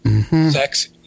sex